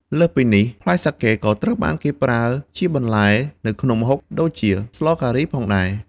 លើសពីនេះ ផ្លែសាកេក៏ត្រូវបានគេប្រើជាបន្លែនៅក្នុងម្ហូបដូចជា ស្លការីផងដែរ។